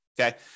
Okay